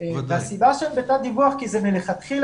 והסיבה שהן בתת דיווח כי מלכתחילה,